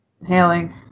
Inhaling